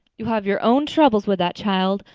you'll have your own troubles with that child.